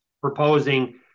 proposing